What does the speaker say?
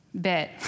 bit